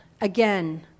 again